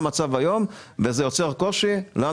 וזה יוצר קושי לנו,